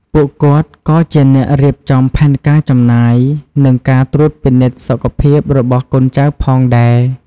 ពួកគាត់ក៏ជាអ្នករៀបចំផែនការចំណាយ និងការត្រួតពិនិត្យសុខភាពរបស់កូនចៅផងដែរ។